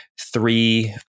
three